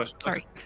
Sorry